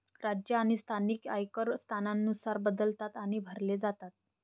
राज्य आणि स्थानिक आयकर स्थानानुसार बदलतात आणि भरले जातात